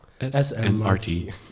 S-M-R-T